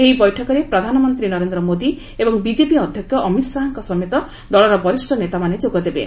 ଏହି ବୈଠକରେ ପ୍ରଧାନମନ୍ତ୍ରୀ ନରେନ୍ଦ୍ର ମୋଦି ଏବଂ ବିଜେପି ଅଧ୍ୟକ୍ଷ ଅମିତ ଶାହାଙ୍କ ସମେତ ଦଳର ବରିଷ୍ଠ ନେତାମାନେ ଯୋଗ ଦେବେ